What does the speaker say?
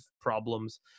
problems